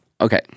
Okay